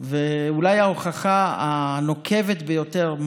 ואולי ההוכחה הנוקבת ביותר,